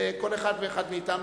וכל אחד ואחד מאתנו,